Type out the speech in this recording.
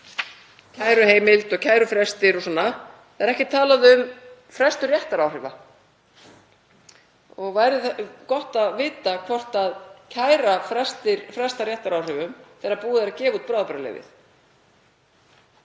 kæruheimild og kærufrestir og slíkt, en það er ekkert talað um frestun réttaráhrifa. Það væri gott að vita hvort kæra frestar réttaráhrifum þegar búið er að gefa út bráðabirgðaleyfi.